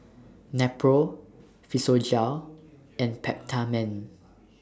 Nepro Physiogel and Peptamen